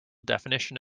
definition